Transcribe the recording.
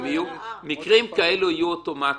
מקרים כאלה יהיו אוטומטית.